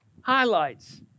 highlights